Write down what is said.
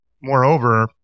Moreover